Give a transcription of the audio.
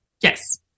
Yes